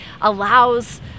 allows